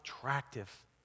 attractive